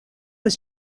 was